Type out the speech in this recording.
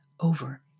over